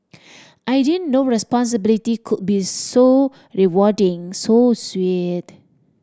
I didn't know responsibility could be so rewarding so sweet